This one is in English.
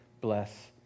bless